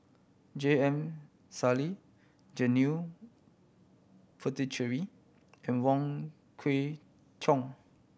J M Sali Janil Puthucheary and Wong Kwei Cheong